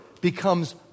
becomes